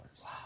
Wow